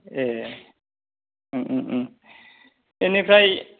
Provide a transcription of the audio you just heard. ए ओं ओं ओं बेनिफ्राय